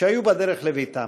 שהיו בדרך לביתם.